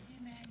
Amen